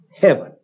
heaven